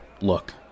look